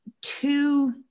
two